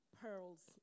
pearls